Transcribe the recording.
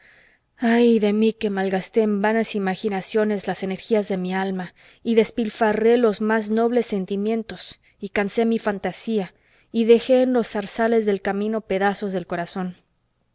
ay de mí que malgasté en vanas imaginaciones las energías de mi alma y despilfarré los más nobles sentimientos y cansé mi fantasía y dejé en los zarzales del camino pedazos del corazón